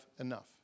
enough